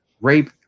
rape